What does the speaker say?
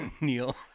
Neil